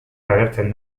agertzen